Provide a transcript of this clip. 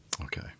Okay